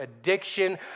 addiction